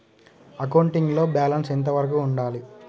Accounting లో balance ఎంత వరకు ఉండాలి?